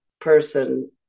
person